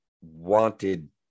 wanted